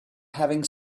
having